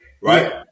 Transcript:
Right